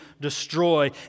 destroy